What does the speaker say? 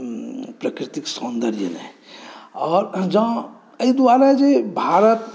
प्रकृतिक सौंदर्य नहि आओर जँ एहि दुआरे जे भारत